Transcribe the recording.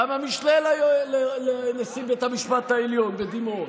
גם המשנה לנשיא בית המשפט העליון בדימוס,